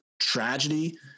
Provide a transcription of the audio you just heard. tragedy